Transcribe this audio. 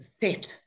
set